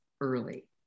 early